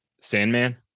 Sandman